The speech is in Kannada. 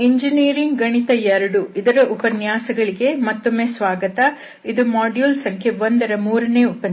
ಇಂಜಿನಿಯರಿಂಗ್ ಗಣಿತ II ನ ಉಪನ್ಯಾಸಗಳಿಗೆ ಮತ್ತೊಮ್ಮೆ ಸ್ವಾಗತ ಇದು ಮಾಡ್ಯೂಲ್ ಸಂಖ್ಯೆ 1 ರ 3ನೇ ಉಪನ್ಯಾಸ